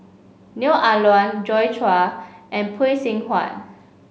Neo Ah Luan Joi Chua and Phay Seng Whatt